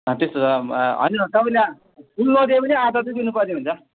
त्यस्तो त अनि तपाईँले फुल नदिए पनि आधा चाहिँ दिनुपर्ने हुन्छ